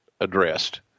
addressed